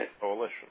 coalition